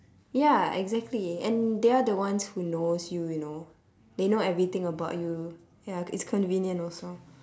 ya exactly and they are the ones who knows you you know they know everything about you ya it's convenient also